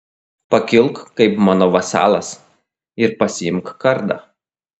pakilk kaip mano vasalas ir pasiimk kardą